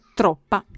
troppa